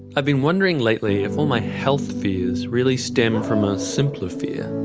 i've been wondering lately if all my health fears really stem from a simpler fear,